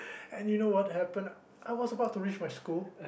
and you know what happened I was about to reach my school